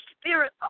spirit